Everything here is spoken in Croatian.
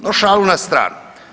No, šalu na stranu.